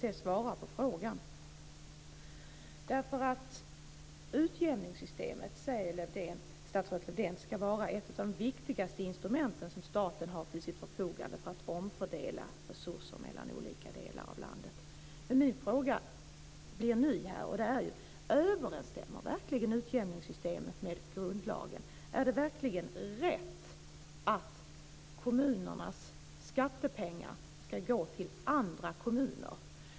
Statsrådet Lövdén säger att utjämningssystemet ska vara ett av de viktigaste instrumenten som staten har till sitt förfogande för att omfördela resurser mellan olika delar av landet. Min fråga är: Överensstämmer verkligen utjämningssystemet med grundlagen? Är det verkligen rätt att kommunernas skattepengar ska gå till andra kommuner?